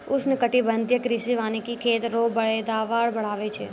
उष्णकटिबंधीय कृषि वानिकी खेत रो पैदावार बढ़ाबै छै